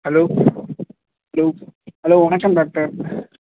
hello hello hello வணக்கம் doctor